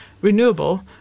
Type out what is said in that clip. renewable